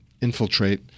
infiltrate